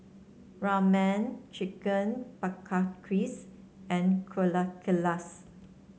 Ramen Chicken and